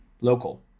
local